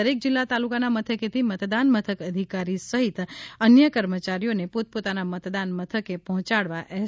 દરેક જિલ્લા તાલુકાના મથકેથી મતદાન મથક આધિકારી સહિત અન્ય કર્મચારીઓને પોતપોતાના મતદાન મથકે પહોંચાડવા એસ